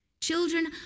Children